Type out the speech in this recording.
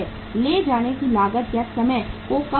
ले जाने की लागत और समय को कम करता है